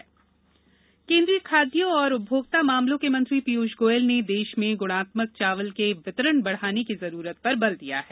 गुणवत्तापूर्ण चावल केन्द्रीय खाद्य और उपभोक्ता मामलों के मंत्री पीयूष गोयल ने देश में गुणात्मक चावल के वितरण बढाने की जरूरत पर बल दिया है